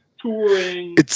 touring